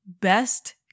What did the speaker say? Best